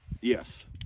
Yes